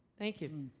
thank you.